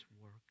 work